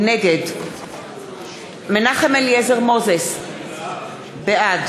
נגד מנחם אליעזר מוזס, בעד